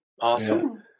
Awesome